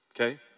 Okay